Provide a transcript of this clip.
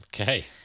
Okay